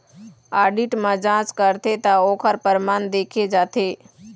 audit म जांच करथे त ओखर परमान देखे जाथे